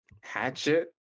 Hatchet